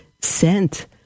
sent